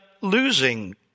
losing